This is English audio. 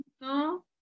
no